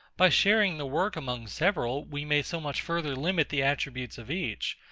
by sharing the work among several, we may so much further limit the attributes of each,